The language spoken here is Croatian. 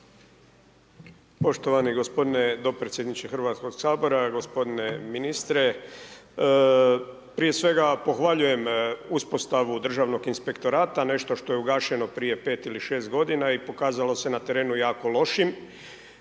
Poštovani gospodine dopredsjedniče Hrvatskog sabora, gospodine ministre, prije svega pohvaljujem uspostavu Državnog inspektora nešto što je ugašeno prije 5 ili 6 godina i pokazalo se na terenu jako lošim.